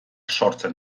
sortzen